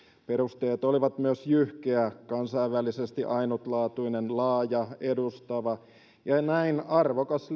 perusteet olivat jyhkeät kansainvälisesti ainutlaatuinen laaja edustava ja näin arvokas